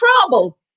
trouble